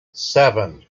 seven